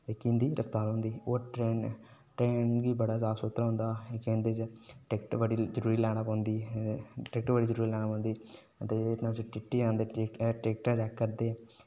जेह्की इंदी रफ्तार होंदी ओह् ट्रे च बड़ा लाह् होंदा इक एह्दे च टिकट बड़ी जरूरी लैना पोंदी जेह्के टी टी आदें टिकटां चैक्क करदे